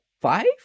five